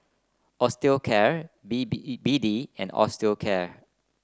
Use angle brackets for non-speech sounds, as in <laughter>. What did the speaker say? Osteocare B <unintelligible> B D and Osteocare